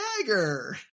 dagger